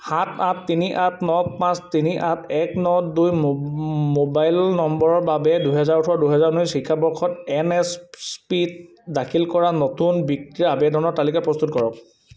সাত আঠ তিনি আঠ ন পাঁচ তিনি আঠ এক ন দুই মোবাইল নম্বৰৰ বাবে দুহেজাৰ ওঠৰ দুহেজাৰ ঊনৈছ শিক্ষাবৰ্ষত এন এছ পি ত দাখিল কৰা নতুন বৃত্তিৰ আবেদনৰ তালিকা প্ৰস্তুত কৰক